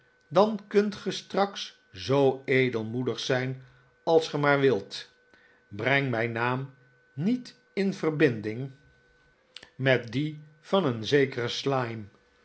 dan kunt ge straks zoo edelmoedig zijn als ge maar wilt breng mijn naam niet in verbinding met dien maarten chuzzlewit van een zekeren slyme